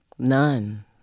None